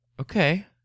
Okay